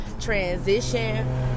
transition